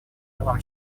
правам